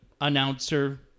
announcer